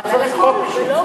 מה צריך חוק בשביל זה?